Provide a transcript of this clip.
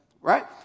Right